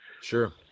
Sure